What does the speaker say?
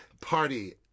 party